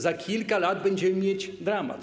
Za kilka lat będziemy mieć dramat.